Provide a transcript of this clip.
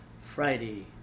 Friday